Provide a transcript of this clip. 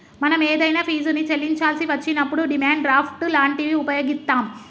మనం ఏదైనా ఫీజుని చెల్లించాల్సి వచ్చినప్పుడు డిమాండ్ డ్రాఫ్ట్ లాంటివి వుపయోగిత్తాం